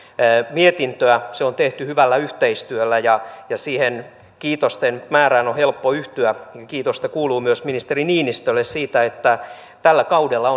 mietintöämme se on tehty hyvällä yhteistyöllä ja ja siihen kiitosten määrään on helppo yhtyä kiitosta kuuluu myös ministeri niinistölle siitä että tällä kaudella